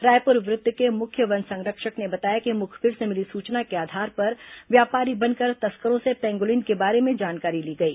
रायपुर वृत्त के मुख्य वन संरक्षक ने बताया कि मुखबिर से मिली सूचना के आधार पर व्यापारी बनकर तस्करों से पेंगोलिन के बारे में जानकारी ली गई